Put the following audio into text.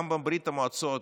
גם בברית המועצות